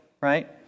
right